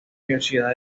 universidad